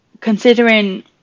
considering